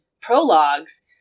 prologues